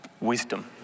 wisdom